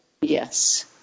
Yes